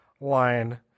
line